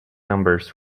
numbers